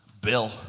Bill